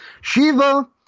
Shiva